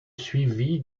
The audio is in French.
suivi